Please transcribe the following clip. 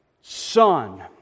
son